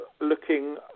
looking